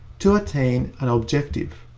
to attain an objective.